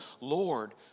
Lord